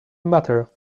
matter